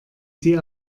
sie